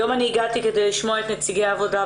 היום הגעתי כדי לשמוע את נציגי העבודה,